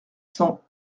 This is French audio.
cents